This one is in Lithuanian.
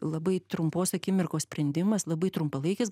labai trumpos akimirkos sprendimas labai trumpalaikis